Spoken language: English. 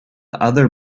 other